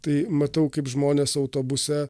tai matau kaip žmonės autobuse